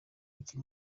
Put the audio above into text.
iki